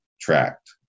tracked